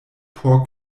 por